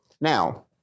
Now